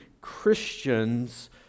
Christians